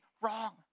wrong